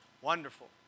Wonderful